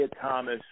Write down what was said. Thomas